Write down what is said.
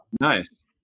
nice